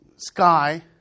sky